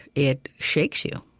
it shakes you.